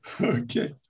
Okay